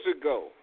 ago